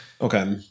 Okay